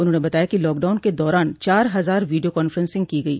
उन्होंने बताया कि लॉकडाउन के दौरान चार हजार वीडियो कांफ्रेंसिंग की गई